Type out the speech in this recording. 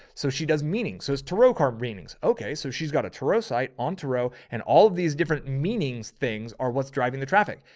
so she does meaning, so it was tarot card meanings. okay. so she's got a toro site on turo and all of these different meanings. things are what's driving the traffic.